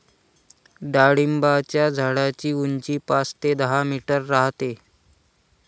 डाळिंबाच्या झाडाची उंची पाच ते दहा मीटर राहते